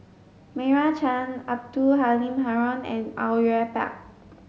Meira Chand Abdul Halim Haron and Au Yue Pak